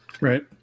Right